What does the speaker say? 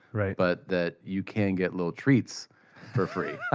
but that you can get little treats for free.